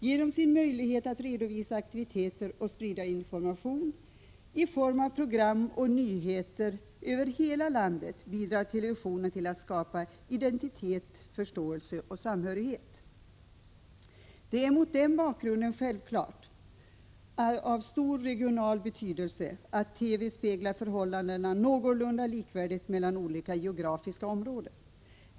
Genom sin möjlighet att redovisa aktiviteter och sprida information i form av program och nyheter över hela landet bidrar televisionen till att skapa identitet, förståelse och samhörighet. Det är mot den bakgrunden självfallet av stor regional betydelse att TV speglar förhållandena någorlunda likvärdigt mellan olika geografiska områden.